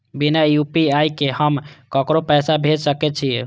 बिना यू.पी.आई के हम ककरो पैसा भेज सके छिए?